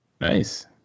nice